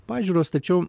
pažiūros tačiau